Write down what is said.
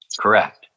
Correct